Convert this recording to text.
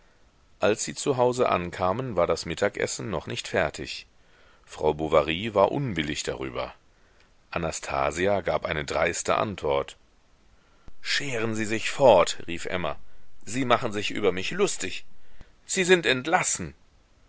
als sie zu hause ankamen war das mittagessen noch nicht fertig frau bovary war unwillig darüber anastasia gab eine dreiste antwort scheren sie sich fort rief emma sie machen sich über mich lustig sie sind entlassen